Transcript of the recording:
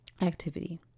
activity